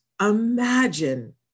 imagine